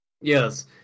Yes